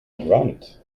grunt